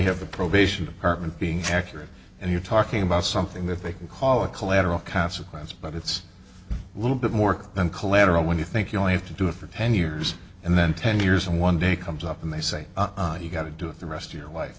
have the probation department being accurate and you're talking about something that they can call a collateral consequences but it's a little bit more than collateral when you think you only have to do it for ten years and then ten years and one day comes up and they say you've got to do it the rest of your life